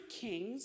kings